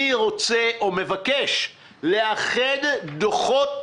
אני רוצה או מבקש לאחד דוחות